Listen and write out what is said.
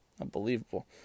Unbelievable